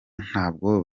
ntabwo